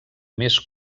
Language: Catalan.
més